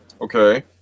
okay